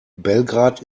belgrad